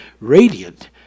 radiant